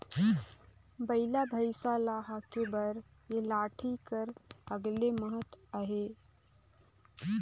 बइला भइसा ल हाके बर ए लाठी कर अलगे महत अहे